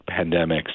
pandemics